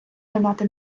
надати